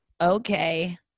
Okay